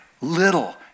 little